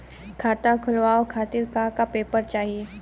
खाता खोलवाव खातिर का का पेपर चाही?